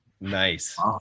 Nice